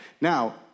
Now